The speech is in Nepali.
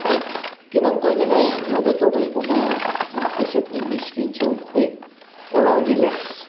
है किन कहिले काहीँ हामी अब तपाईँकोमा त्यसै पनि निस्कन्छौँ है एउटा रिलेक्स